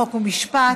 חוק ומשפט.